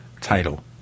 title